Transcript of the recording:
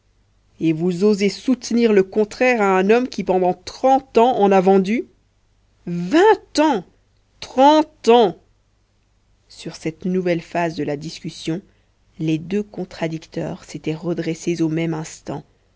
et vous osez soutenir le contraire à un homme qui pendant trente ans en a vendu vingt ans trente ans sur cette nouvelle phase de la discussion les deux contradicteurs s'étaient redressés au même instant